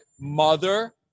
mother